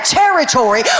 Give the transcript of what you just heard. territory